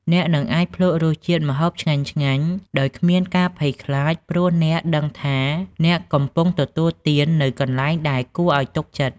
អ្នកនឹងអាចភ្លក្សរសជាតិម្ហូបឆ្ងាញ់ៗដោយគ្មានការភ័យខ្លាច ព្រោះអ្នកដឹងថាអ្នកកំពុងទទួលទាននៅកន្លែងដែលគួរឱ្យទុកចិត្ត។